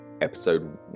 Episode